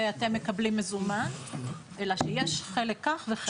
שאתם מקבלים מזומן אלא שיש חלק כך וחלק כך.